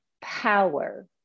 power